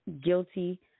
guilty